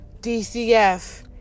dcf